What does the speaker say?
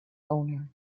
owner